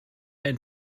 ein